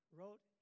wrote